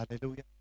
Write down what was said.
Hallelujah